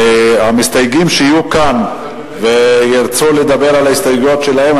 המסתייגים שיהיו כאן וירצו לדבר על ההסתייגויות שלהם,